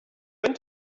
went